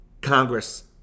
Congress